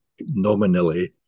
nominally